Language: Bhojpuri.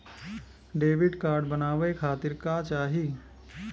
डेबिट कार्ड बनवावे खातिर का का चाही?